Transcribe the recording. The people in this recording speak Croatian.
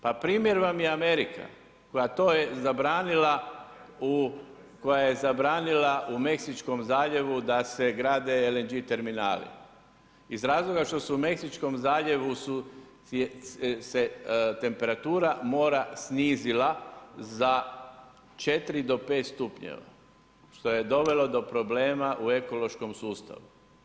Pa primjer vam je Amerika koja je to zabranila, koja je zabranila u Meksičkom zaljevu da se grade LNG terminali iz razloga što su u Meksičkom zaljevu se temperatura mora snizila za 4 do 5 stupnjeva, što je dovelo do problema u ekološkom sustavu.